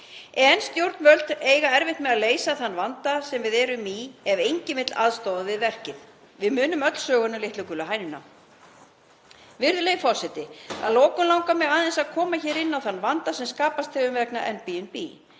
Stjórnvöld eiga erfitt með að leysa þann vanda sem við erum í ef enginn vill aðstoða við verkið. Við munum öll söguna um litlu gulu hænuna. Virðulegi forseti. Að lokum langar mig aðeins að koma hér inn á þann vanda sem skapast hefur vegna